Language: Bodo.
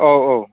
औ औ